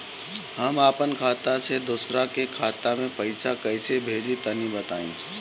हम आपन खाता से दोसरा के खाता मे पईसा कइसे भेजि तनि बताईं?